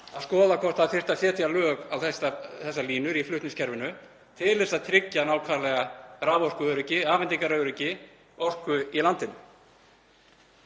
tíma, hvort það þyrfti að setja lög á þessar línur í flutningskerfinu til að tryggja einmitt raforkuöryggi, afhendingaröryggi orku í landinu.